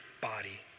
body